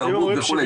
התרבות וכו',